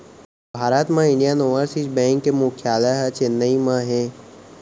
भारत म Indian Overseas Bank के मुख्यालय ह चेन्नई म हे